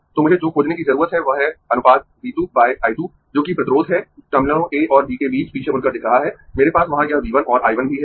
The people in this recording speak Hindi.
तो मुझे जो खोजने की ज़रूरत है वह है अनुपात v 2 बाय I 2 जो कि प्रतिरोध है टर्मिनलों A और B के बीच पीछे मुड़कर दिख रहा है मेरे पास वहां यह V 1 और I 1 भी है